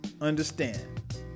understand